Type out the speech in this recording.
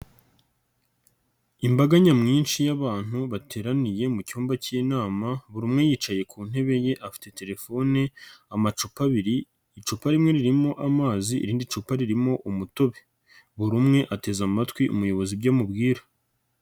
Imbaga nyamwinshi y'abantu bateraniye mu cyumba k'inama buri umwe yicaye ku ntebe ye afite telefone, amacupa abiri, icupa rimwe ririmo amazi irindi cupa ririmo umutobe, buri umwe ateze amatwi umuyobozi ibyo amubwira.